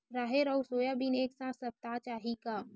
राहेर अउ सोयाबीन एक साथ सप्ता चाही का?